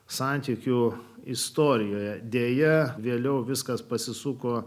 santykių istorijoje deja vėliau viskas pasisuko